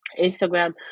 instagram